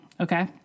Okay